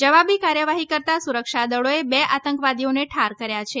જવાબી કાર્યવાહી કરતાં સુરક્ષાદળોએ બે આતંકવાદીઓને ઠાર કર્યા છે